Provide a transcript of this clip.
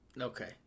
Okay